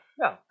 no